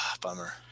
bummer